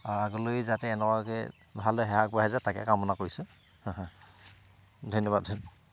আগলৈ যাতে এনেকুৱাকৈ ভালদৰে সেৱা আগবঢ়ায় যাওক তাকে কামনা কৰিছোঁ ধন্যবাদ